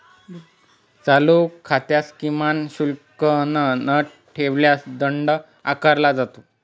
चालू खात्यात किमान शिल्लक न ठेवल्यास दंड आकारला जातो